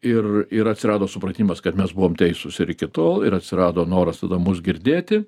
ir ir atsirado supratimas kad mes buvom teisūs ir iki tol ir atsirado noras tada mus girdėti